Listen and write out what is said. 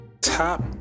Top